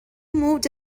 moved